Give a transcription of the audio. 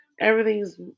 everything's